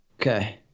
Okay